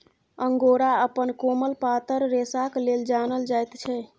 angora अपन कोमल पातर रेशाक लेल जानल जाइत छै